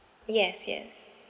yes yes